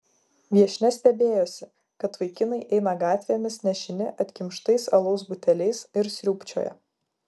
viešnia stebėjosi kad vaikinai eina gatvėmis nešini atkimštais alaus buteliais ir sriūbčioja